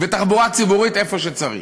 תחבורה ציבורית, איפה שצריך.